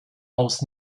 aus